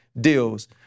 deals